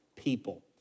People